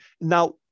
now